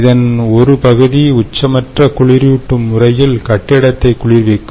இதன் ஒரு பகுதிஉச்சமற்ற குளிரூட்டும் முறையில் கட்டிடத்தை குளிர்விக்கும்